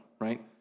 right